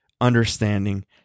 understanding